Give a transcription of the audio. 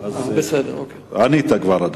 אדוני, כבר ענית.